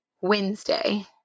Wednesday